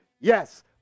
Yes